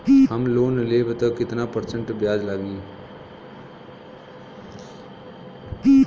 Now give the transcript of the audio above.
हम लोन लेब त कितना परसेंट ब्याज लागी?